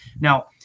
Now